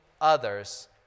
others